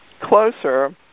closer